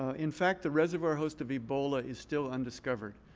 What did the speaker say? ah in fact, the reservoir host of ebola is still undiscovered.